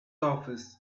office